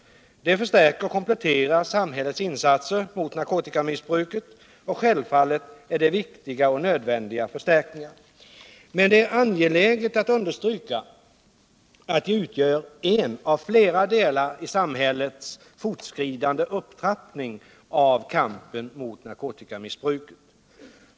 Det förstärker och kompletterar samhällets insatser mot narkotikamissbruket. Självfallet är det viktiga och nödvändiga förstärkningar, men det är angeläget att understryka att de utgör en av flera delar i samhällets fortskridande upptrappning av kampen mot narkotikamissbruket.